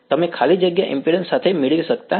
તમે ખાલી જગ્યા ઈમ્પિડ્ન્સ સાથે મેળ કરી શકતા નથી